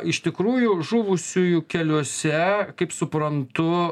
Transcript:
iš tikrųjų žuvusiųjų keliuose kaip suprantu